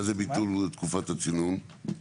מה זה ביטול תקופת הצינון?